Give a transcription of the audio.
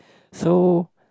so